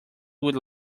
would